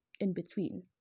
in-between